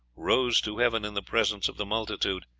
rose to heaven in the presence of the multitude,